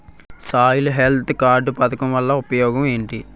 Soil health card పథకం వల్ల ఉపయోగం ఏంటి?